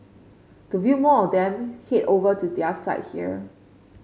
to view more of them head over to their site here